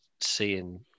seeing